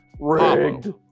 Rigged